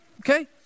Okay